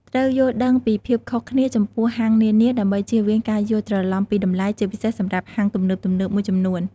ត្រូវយល់ដឹងពីភាពខុសគ្នាចំពោះហាងនានា ដើម្បីជៀសវាងការយល់ច្រឡំពីតម្លៃ ជាពិសេសសម្រាប់ហាងទំនើបៗមួយចំនួន។